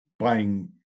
buying